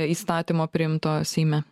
įstatymo priimto seime